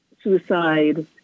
suicide